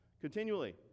continually